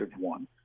one